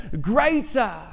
greater